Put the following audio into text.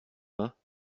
pas